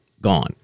Gone